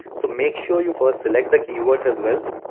so make sure you first select the keyword as well.